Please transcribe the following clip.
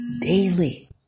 daily